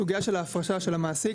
הסוגייה של ההפרשה של המעסיק.